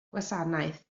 gwasanaeth